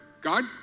God